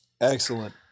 Excellent